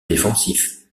défensif